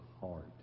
heart